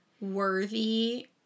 worthy